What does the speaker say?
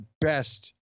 best